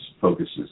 focuses